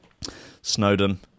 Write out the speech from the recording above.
Snowden